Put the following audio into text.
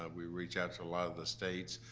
ah we reach out to a lot of the states.